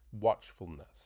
watchfulness